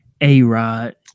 A-Rod